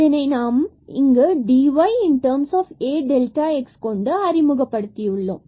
இதனை நாம் இங்கு dy A டெல்டாx கொண்டு அறிமுகப்படுத்தியுள்ளோம்